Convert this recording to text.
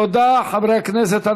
תודה, חברי הכנסת.